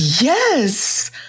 Yes